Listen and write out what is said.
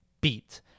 beat